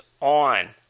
on